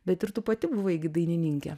bet ir tu pati buvai gi dainininkė